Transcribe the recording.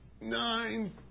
nine